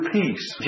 peace